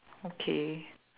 okay